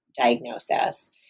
diagnosis